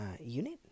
unit